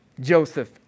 Joseph